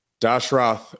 Dashrath